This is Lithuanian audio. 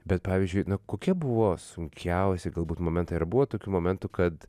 bet pavyzdžiui kokie buvo sunkiausi galbūt momentai ar buvo tokių momentų kad